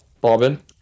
Bobbin